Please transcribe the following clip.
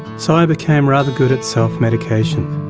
so i became rather good at self medication.